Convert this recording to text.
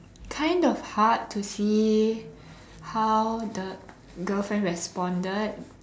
kind of hard to see how the girlfriend responded